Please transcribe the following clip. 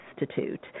Institute